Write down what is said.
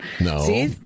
No